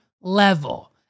level